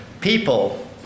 people